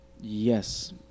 Yes